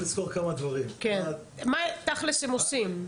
מה תכל'ס הם עושים?